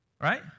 right